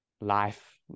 life